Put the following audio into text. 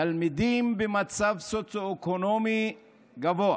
תלמידים במצב סוציו-אקונומי גבוה